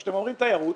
כשאתם אומרים תיירות,